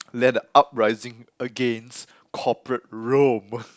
led the uprising against corporate Rome